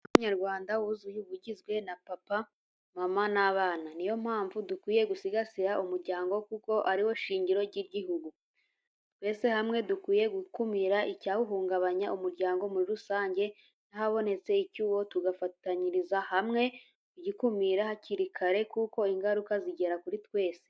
Umuryango nyarwanda wuzuye uba ugizwe na papa, mama n'abana, niyo mpamvu dukwiye gusigasira umuryango kuko ari wo shingiro ry'igihugu. Twese hamwe dukwiye gukumira icyahungabanya umuryango muri rusange n'ahabonetse icyuho tugafatanyiriza hamwe kugikumira hakiri kare kuko ingaruka zigera kuri twese.